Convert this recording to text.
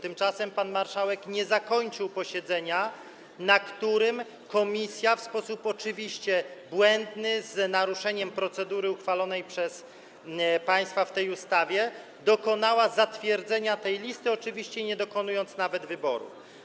Tymczasem pan marszałek nie zakończył posiedzenia, na którym komisja w sposób oczywiście błędny, z naruszeniem procedury uchwalonej przez państwa w tej ustawie, dokonała zatwierdzenia tej listy, oczywiście nie dokonując nawet wyboru.